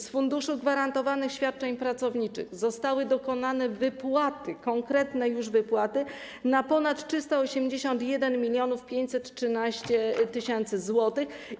Z Funduszu Gwarantowanych Świadczeń Pracowniczych również zostały dokonane wypłaty, konkretne już wypłaty - na ponad 381 513 tys. zł.